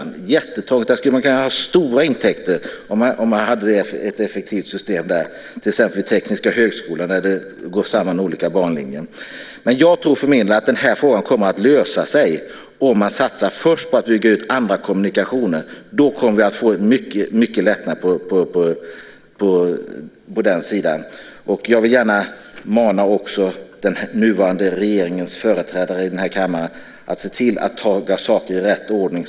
Där skulle man kunna få in stora intäkter om man hade ett effektivt system, till exempel vid Tekniska högskolan, där olika banlinjer går samman. Jag tror för min del att den här frågan kommer att lösa sig om man först satsar på att bygga ut andra kommunikationer. Då kommer vi att få mycket lättnader på den sidan. Jag vill gärna mana den nuvarande regeringens företrädare i den här kammaren att se till att ta saker i rätt ordning.